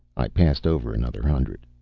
i passed over another hundred.